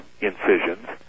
incisions